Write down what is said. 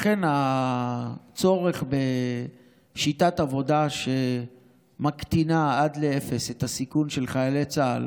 לכן הצורך בשיטת עבודה שמקטינה עד לאפס את הסיכון של חיילי צה"ל